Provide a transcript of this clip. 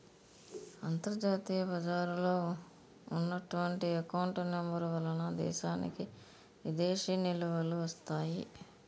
అంతర్జాతీయ బజారులో ఉన్నటువంటి ఎకౌంట్ నెంబర్ వలన దేశానికి విదేశీ నిలువలు వస్తాయి